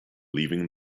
leaving